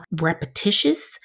repetitious